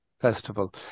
festival